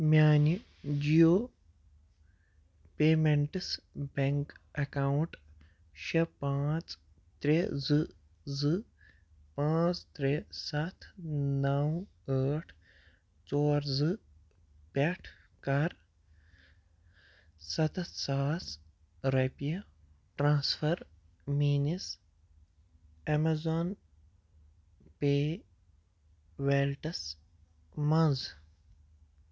میٛانہِ Jio payments bank account شےٚ پانٛژھ ترٛےٚ زٕ زٕ پانٛژھ ترٛےٚ سَتھ نَو ٲٹھ ژور زٕ پٮ۪ٹھ کَر سَتَتھ ساس رۄپیہِ ٹرٛانسفَر میٛٲنِس اٮ۪مٮ۪زان پے ویلٹَس منٛز